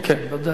כן, כן, ודאי.